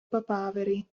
papaveri